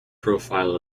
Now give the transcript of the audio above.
profile